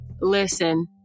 listen